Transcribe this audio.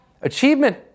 achievement